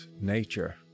nature